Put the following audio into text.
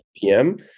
pm